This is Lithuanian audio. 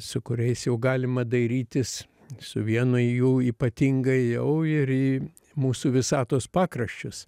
su kuriais jau galima dairytis su vienu jų ypatingai jau ir į mūsų visatos pakraščius